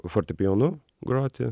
fortepijonu groti